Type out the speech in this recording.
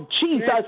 Jesus